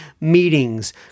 meetings